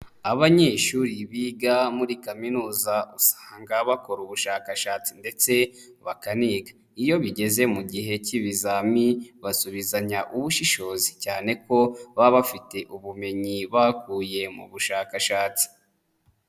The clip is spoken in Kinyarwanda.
Abanyeshuri biga muri kaminuza usanga bakora ubushakashatsi ndetse bakaniga, iyo bigeze mu gihe cy'ibizami basubizanya ubushishozi cyane ko baba bafite ubumenyi bakuye mu bushakashatsi.